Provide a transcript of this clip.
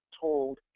told